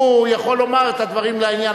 הוא יכול לומר את הדברים לעניין,